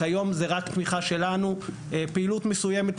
כיום זו רק תמיכה שלנו ופעילות מסוימת,